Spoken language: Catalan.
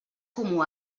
comú